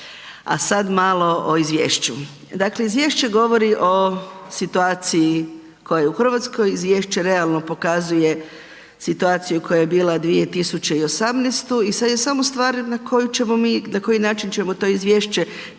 A sada malo o Izvješću. Dakle, Izvješće govori o situaciji koja je u Hrvatskoj. Izvješće realno pokazuje situaciju koja je bila 2018. i sada je samo stvar na koji način ćemo to Izvješće